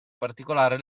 particolare